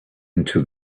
into